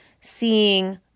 seeing